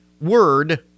word